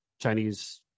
Chinese